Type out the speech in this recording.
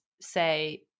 say